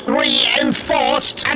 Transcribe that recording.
reinforced